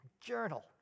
journal